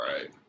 Right